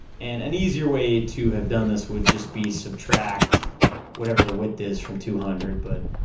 and an easier way to have done this would just be subtract whatever the width is from two hundred, but,